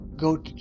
go